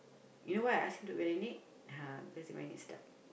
you know why I ask him to marinate uh because dia marinate sedap